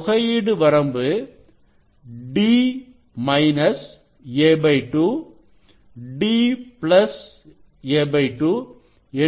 தொகையீடு வரம்பு d minus a2 d plus a 2